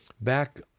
back